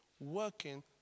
working